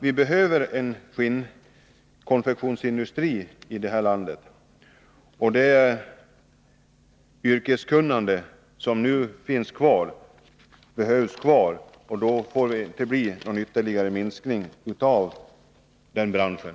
Vi behöver en skinnkonfektionsindustri i landet, och det yrkeskunnande som fortfarande finns måste vi vara rädda om. Därför får det inte bli någon ytterligare minskning av antalet arbetstillfällen inom branschen.